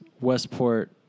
Westport